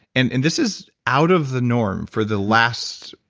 and and this is out of the norm for the last.